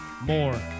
more